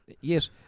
Yes